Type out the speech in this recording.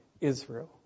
Israel